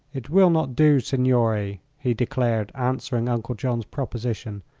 it will not do, signore, he declared, answering uncle john's proposition.